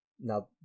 now